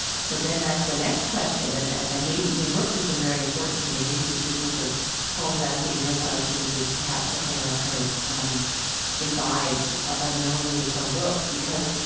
so then that's the next question. and and and maybe and brooks has been very important to me and maybe this business of poems asking real questions is perhaps something i kind of um imbibed unknowingly from brooks. because